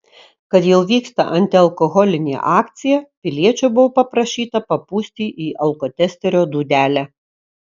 kad jau vyksta antialkoholinė akcija piliečio buvo paprašyta papūsti į alkotesterio dūdelę